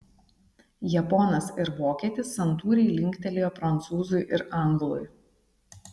japonas ir vokietis santūriai linktelėjo prancūzui ir anglui